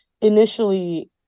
initially